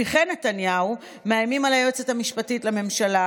שליחי נתניהו מאיימים על היועצת המשפטית לממשלה